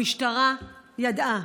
המשטרה ידעה,